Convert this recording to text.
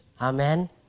Amen